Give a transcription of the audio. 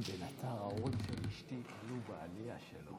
אדוני היושב-ראש, מכובדי השר,